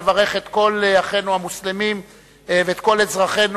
לברך את כל אחינו המוסלמים ואת כל אזרחינו